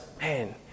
man